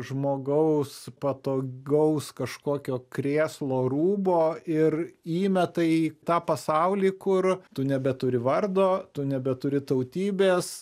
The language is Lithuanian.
žmogaus patogaus kažkokio krėslo rūbo ir įmeta į tą pasaulį kur tu nebeturi vardo tu nebeturi tautybės